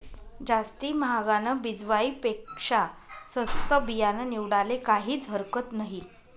जास्ती म्हागानं बिजवाई पेक्शा सस्तं बियानं निवाडाले काहीज हरकत नही